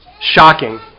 shocking